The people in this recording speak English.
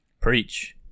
Preach